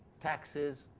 taxes,